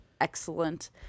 excellent